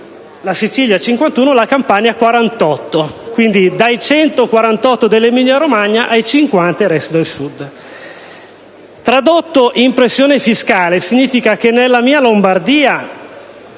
la Sicilia 51, la Campania 48. Quindi, dai 148 dell'Emilia-Romagna si arriva ai 50 di media nel Sud. Tradotto in pressione fiscale significa che nella mia Lombardia